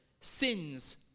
sins